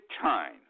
time